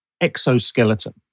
exoskeleton